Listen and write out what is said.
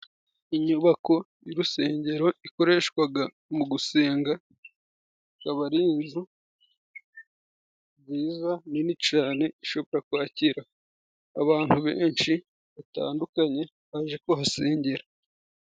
Inyubako y'urusengero ikoreshwaga mu gusenga. Ikaba ari inzu nziza nini cane ishobora kwakira abantu benshi batandukanye baje kuhasengera.